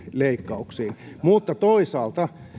leikkauksiin mutta toisaalta